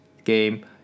Game